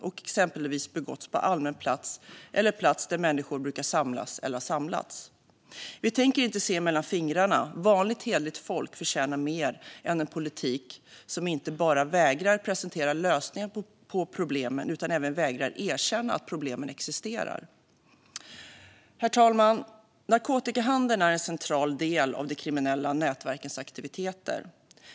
och begåtts på allmän plats eller på en annan plats där människor brukar samlas eller har samlats". Vi tänker inte se mellan fingrarna. Vanligt hederligt folk förtjänar mer än en politik som inte bara vägrar presentera lösningar på problemen utan även vägrar erkänna att problemen existerar. Herr talman! Narkotikahandeln är en central del av de kriminella nätverkens aktiviteter.